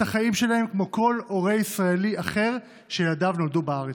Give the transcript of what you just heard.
החיים שלהם כמו כל הורה ישראלי אחר שילדיו נולדו בארץ.